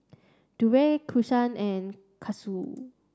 Burdette Keshaun and Cassius